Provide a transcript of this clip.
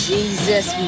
Jesus